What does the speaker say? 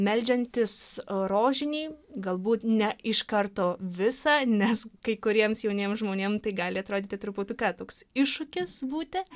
meldžiantis rožinį galbūt ne iš karto visą nes kai kuriems jauniems žmonėm tai gali atrodyti truputuką toks iššūkis būti